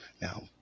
Now